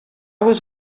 was